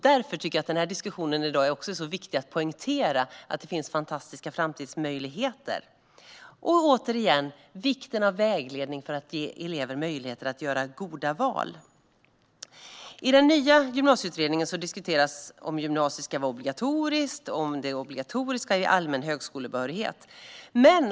Därför tycker jag att det är viktigt att i diskussionen här i dag poängtera att det finns fantastiska framtidsmöjligheter. Och återigen: Jag vill betona vikten av vägledning för att man ska ge elever möjligheter att göra goda val. I den nya gymnasieutredningen diskuteras om gymnasiet ska vara obligatoriskt och om gymnasiet ska ge allmän högskolebehörighet.